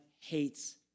hates